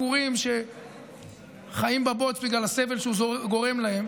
עקורים שחיים בבוץ בגלל הסבל שהוא גורם להם.